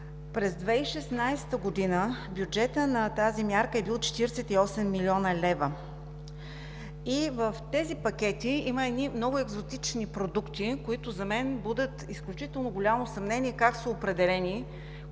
През 2016 г. бюджетът на тази мярка е бил 48 млн. лв. В тези пакети има едни много екзотични продукти, които за мен будят изключително голямо съмнение – как са определени